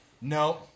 No